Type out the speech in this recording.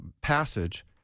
passage